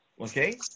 Okay